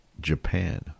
Japan